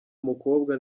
mukobwa